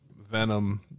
Venom